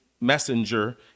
messenger